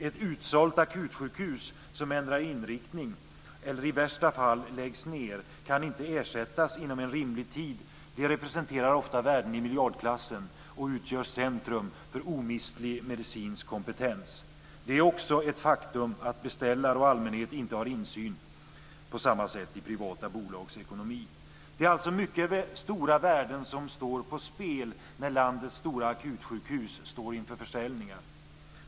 Ett utsålt akutsjukhus som ändrar inriktning eller i värsta fall läggs ned kan inte ersättas inom en rimlig tid. Sjukhus representerar ofta värden i miljardklassen och utgör centrum för omistlig medicinsk kompetens. Det är också ett faktum att beställare och allmänhet inte har insyn på samma sätt i privata bolags ekonomi. Det är alltså mycket stora värden som står på spel när landets stora akutsjukhus står inför försäljningar.